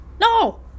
no